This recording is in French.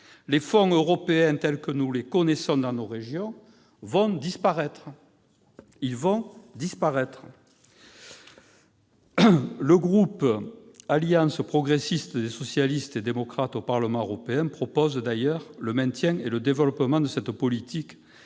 les fonds européens tels que nous les connaissons dans nos régions vont disparaître. Le groupe Alliance progressiste des socialistes et démocrates au Parlement européen propose d'ailleurs le maintien et le développement de cette politique,